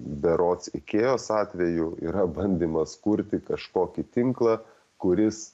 berods ikėjos atveju yra bandymas kurti kažkokį tinklą kuris